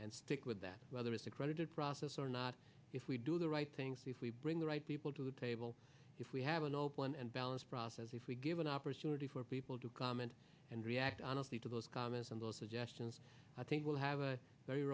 and stick with that whether it's accredited process or not if we do the right thing see if we bring the right people to the table if we have an open and balanced process if we give an opportunity for people to comment and react honestly to those comments and those suggestions i think we'll have a very